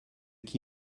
qui